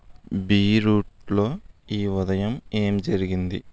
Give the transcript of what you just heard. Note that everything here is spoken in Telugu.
బీరూట్లో ఈ ఉదయం ఏం జరిగింది